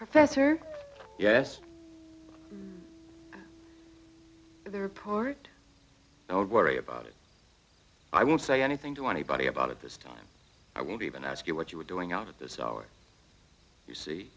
professor yes they're part don't worry about it i won't say anything to anybody about it this time i won't even ask you what you were doing out at this hour you see